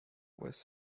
was